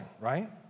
right